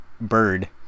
bird